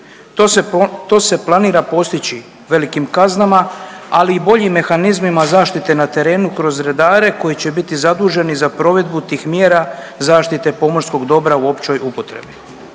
To se planira postići velikim kaznama, ali i boljim mehanizmima zaštite na terenu kroz redare koji će biti zaduženi za provedbu tih mjera zaštite pomorskog dobra u općoj upotrebi.